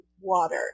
water